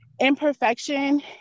imperfection